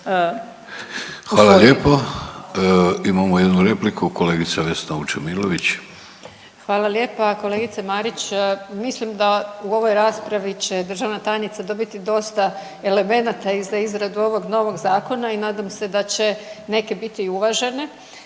**Vučemilović, Vesna (Hrvatski suverenisti)** Hvala lijepa. Kolegice Marić, mislim da u ovoj raspravi će državna tajnica dobiti dosta elemenata za izradu ovog novog zakona i nadam se da će neke biti uvažene.